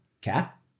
Cap